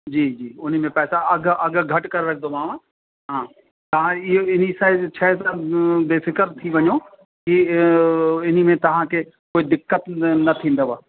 जी जी हुन में पैसा अधु अधु घटि करे रखंदोमांव हा तव्हां इहो हिन सां शइ त बेफ़िकर थी वञो की हिन में तव्हांखे कोई दिक़त न थींदव